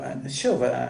שוב,